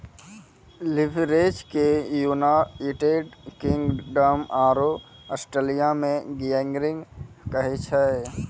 leverage के United Kingdom आरो Australia मे गियरिंग कहै छै